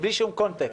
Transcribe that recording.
בלי שום קונטקסט.